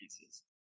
pieces